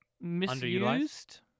misused